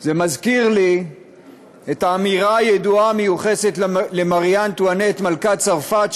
זה מזכיר לי את האמירה הידועה המיוחסת למרי אנטואנט מלכת צרפת,